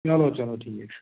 چلو چلو ٹھیٖک چھُ